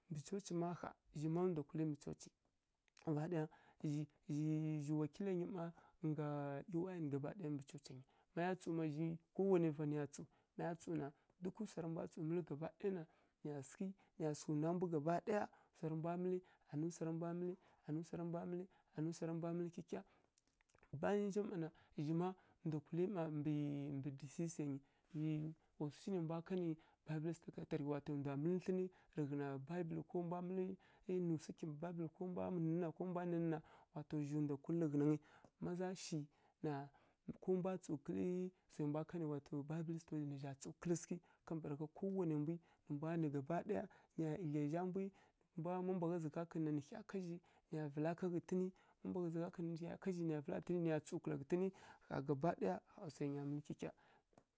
Mbǝ coci mma ƙha zhi má ndwa kulǝ yi mbǝ coci. Gaba ɗaya zhi zhi zhi wakiliya nyi má ngga e. Y. N gaba ɗaya mbǝ coca nyi ma ya tsǝw ko wanai va nǝya tsǝw, maya tsǝw na dukǝ swara mbwa tsǝw mǝlǝ gaba ɗaya na nƴa sǝghǝ nǝya sǝghǝ nwa mbwi gaba ɗaya swarǝ mbwa mǝlǝ anǝ swarǝ mbwa mǝlǝi, anǝ swarǝ mbwa mǝlǝ, anǝ swarǝ mbwa mǝlǝ, anǝ swarǝ mbwa mǝlǝ kyikya. Bayan nja mma na zhi ma ndwa kulǝyi mma mbǝ nyi wa swu shi nai mbwa kanǝ sakatari wa to ndwa mǝlǝ thlǝnǝ tǝghǝna bibǝlǝ nǝ swi tǝghǝna bibǝlǝ, ko mbwa nǝ na, ko mbwa nǝ na, wa to zhi ndwa kulǝ rǝghǝnangǝi ma za shi na ko mbwa tsǝw kǝlǝ swai mbwa kanǝ bibǝlǝ wa to nǝ gha tsǝw kǝlǝ sǝghǝi kambǝragha kowanai ndwi nǝ mbwa nǝ gaba ɗaya nǝya lǝrai zha mbwi ma mbwa gha zǝ gha kǝn na nǝ hya ká zhi nǝya vǝla ka ghǝtǝnǝ, ma mbwa gha zǝ gha kǝn na hya ka zhi nǝya tsǝw kǝla ghǝtǝnǝ ƙha gaba ɗaya ƙha swai nya mǝlǝ kyikya.